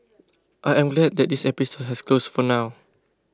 I am glad that this episode has closed for now